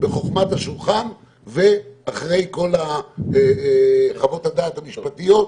בחוכמה בשולחן ואחרי כל חוות הדעת המשפטיות.